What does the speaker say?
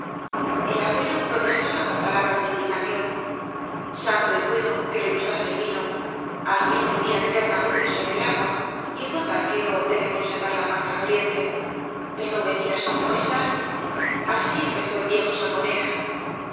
el abuelo protestaba con palabras de indignación santo y bueno que le gustase el vino al fin vivían eternamente souñe el agua y el buen barquero debe conservar la panza caliente pero bebidas compuestas así empezó el viejo sangonera